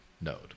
node